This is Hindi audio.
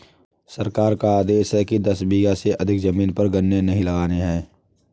सरकार का आदेश है कि दस बीघा से अधिक जमीन पर गन्ने नही लगाने हैं